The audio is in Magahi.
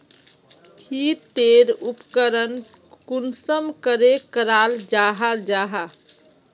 की टेर उपकरण कुंसम करे कराल जाहा जाहा?